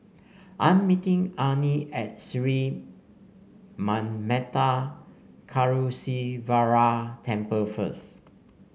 I'm meeting Arnie at Sri Manmatha Karuneshvarar Temple first